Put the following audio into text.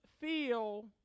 feel